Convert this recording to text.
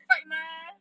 fight mah